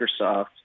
Microsoft